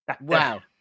Wow